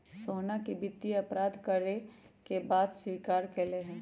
सोहना ने वित्तीय अपराध करे के बात स्वीकार्य कइले है